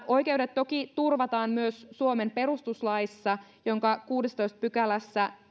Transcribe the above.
oikeudet toki turvataan myös suomen perustuslaissa jonka kuudennessatoista pykälässä